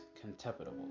contemptible